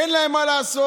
אין להם מה לעשות.